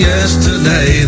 Yesterday